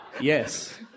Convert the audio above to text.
Yes